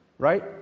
Right